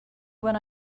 when